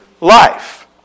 life